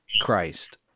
Christ